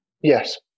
Yes